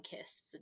kisses